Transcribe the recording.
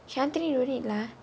shanthini don't need lah